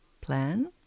plan